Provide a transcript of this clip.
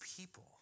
people